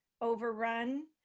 overrun